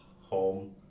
home